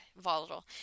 Volatile